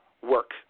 work